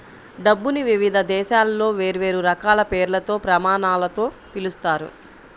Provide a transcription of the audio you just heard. డబ్బుని వివిధ దేశాలలో వేర్వేరు రకాల పేర్లతో, ప్రమాణాలతో పిలుస్తారు